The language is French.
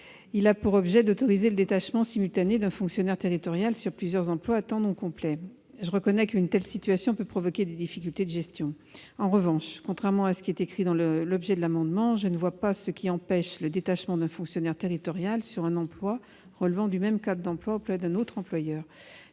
Il a pour objet d'autoriser le détachement d'un fonctionnaire territorial sur plusieurs emplois à temps non complet. Je reconnais qu'une telle situation peut provoquer des difficultés de gestion. En revanche, contrairement à ce qui est écrit dans l'objet de l'amendement, je ne vois pas ce qui empêche le détachement d'un fonctionnaire territorial sur un emploi relevant du même cadre d'emploi auprès d'un autre employeur.